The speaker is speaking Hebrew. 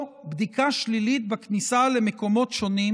או בדיקה שלילית בכניסה למקומות שונים,